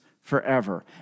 forever